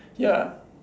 ya